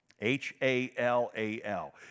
H-A-L-A-L